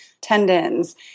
tendons